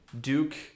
Duke